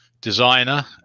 designer